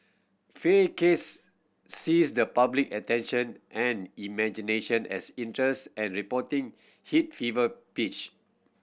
Fay case seized the public attention and imagination as interest and reporting hit fever pitch